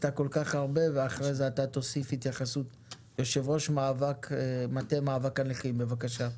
יושבת ראש מטה מאבק הנכים, בבקשה.